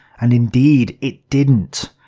and indeed, it didn't.